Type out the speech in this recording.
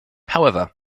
however